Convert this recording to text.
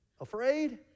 Afraid